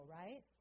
right